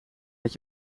met